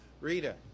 Rita